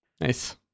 Nice